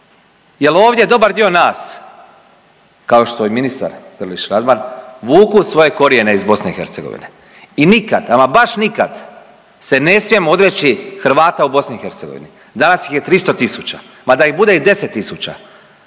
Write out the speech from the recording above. Jel ovdje dobar dio nas kao što je ministar Grlić Radman vuku svoje korijene iz BiH? I nikada, ama baš nikad se ne smijemo odreći Hrvata u BiH. Danas ih je 300.000, ma da ih bude i 10.000